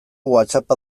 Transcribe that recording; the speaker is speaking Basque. whatsapp